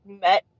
met